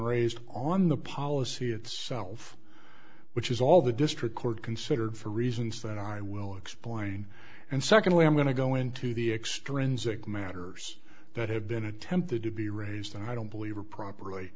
raised on the policy itself which is all the district court considered for reasons that i will explain and secondly i'm going to go into the extrinsic matters that have been attempted to be raised and i don't believe are properly